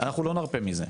אנחנו לא נרפה מזה.